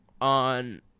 on